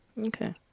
Okay